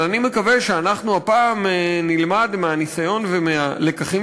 אבל אני מקווה שהפעם נלמד מהניסיון ומהלקחים